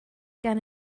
gan